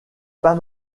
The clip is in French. pas